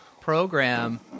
program